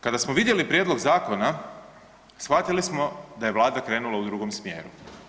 Kada smo vidjeli prijedlog zakona shvatili smo da je Vlada krenula u drugom smjeru.